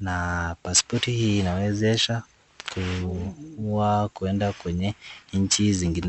na pasipoti hii inawezesha kuenda kwenye nchi zingine.